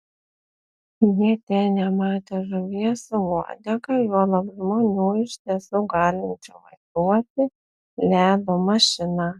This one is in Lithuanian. jie ten nematę žuvies su uodega juolab žmonių iš tiesų galinčių vairuoti ledo mašiną